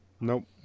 Nope